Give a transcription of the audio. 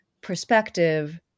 perspective